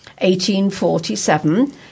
1847